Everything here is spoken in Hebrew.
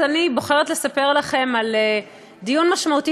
אז אני בוחרת לספר לכם על דיון משמעותי